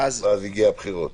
ואז --- ואז הגיעו הבחירות.